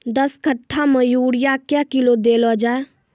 दस कट्ठा मे यूरिया क्या किलो देलो जाय?